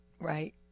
Right